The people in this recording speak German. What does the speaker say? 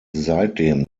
seitdem